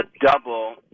double